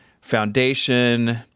foundation